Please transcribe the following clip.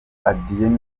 adrien